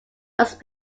must